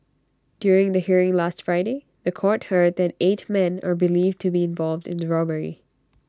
during the hearing last Friday The Court heard that eight men are believed to be involved in the robbery